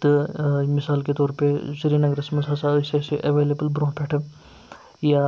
تہٕ مِثال کے طور پے سرینَگرَس منٛز ہَسا ٲسۍ اَسہِ اٮ۪وٮ۪لیبٕل برٛونٛہہ پٮ۪ٹھٕ یا